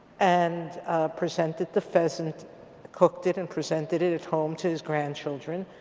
and presented the pheasant cooked it and presented it at home to his grandchildren.